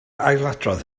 ailadrodd